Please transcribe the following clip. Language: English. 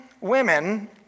women